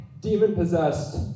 demon-possessed